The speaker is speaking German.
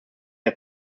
der